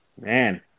Man